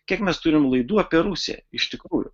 kiek mes turim laidų apie rusiją iš tikrųjų